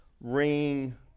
ring